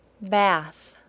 bath